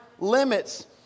limits